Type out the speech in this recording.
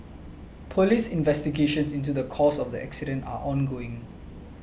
police investigations into the cause of the accident are ongoing